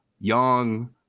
young